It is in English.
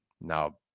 Now